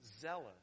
zealous